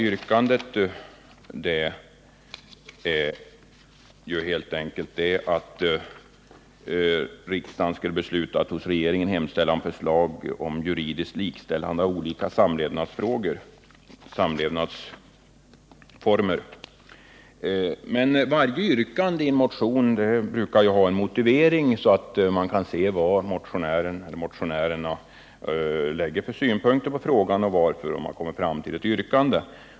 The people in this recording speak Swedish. Yrkandet är helt enkelt att riksdagen skulle besluta att hos regeringen hemställa om förslag till juridiskt likställande av olika samlevnadsformer. Men varje yrkande i en motion brukar ha en motivering så att man kan se vilka synpunkter motionären eller motionärerna lägger på frågan och varför de kommit fram till ett yrkande.